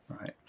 right